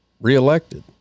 reelected